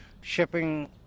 Shipping